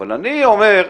אבל אני אומר,